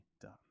done